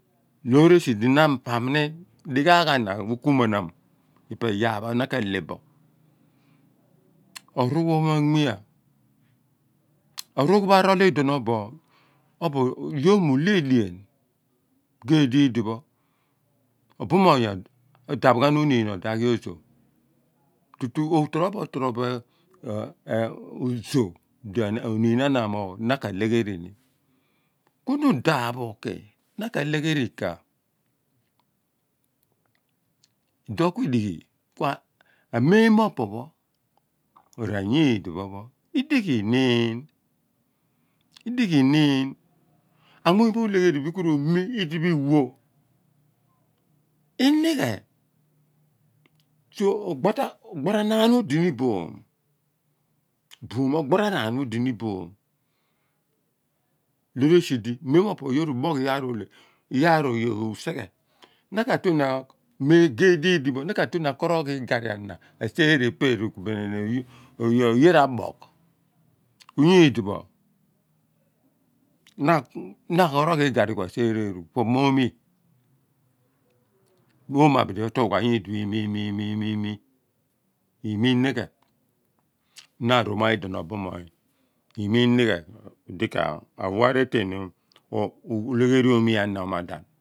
Loor esidi na apam ni dighaagh ana rukumuanam epe pho kui yaar pho na ka leh bo oruugh pho mamea oruugh pho arool iduon obour yoor mu leh edean gadidi pho obumoony adap ghan oniin odi aghi ojo tutu tro boor tro boo ojo di oniin ana amoogh na kalegherini. Kuna udaaph bo ughi na ka leghe ribu ika iduon kidighi kua memmo po pho rayiidi pho kiniin nyiidi pho a muny pho olegheri kuro mi idipho iwoh. So ogbara naan odini iboom oboom ogbara naan odini iboom loor esi di mem mo opo pho yoor uboogh ghan iyaar oye rg na ku tue ni, gha di di pho na ku tue ni a koroghi igarri ana aseere erugh oye ra boogh nyi di pho na ghoroghi igarri kua seereh erugh po mo mi nyi di pho omoo abidi otu gha imi imi imi na roma idipho obumoony mo imi iniighe omera odi ka wa ratain okua mi omi ana.